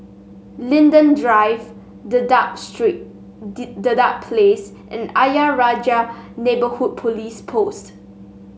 Linden Drive Dedap Street Dedap Place and Ayer Rajah Neighbourhood Police Post